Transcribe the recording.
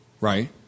right